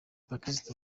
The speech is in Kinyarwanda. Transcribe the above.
bakristu